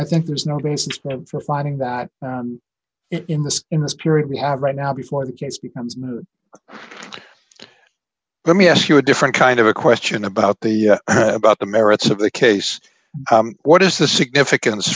i think there's no basis for finding that in this in this period we have right now before the case becomes let me ask you a different kind of a question about the about the merits of the case what is the significance